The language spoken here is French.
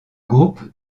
groupe